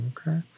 Okay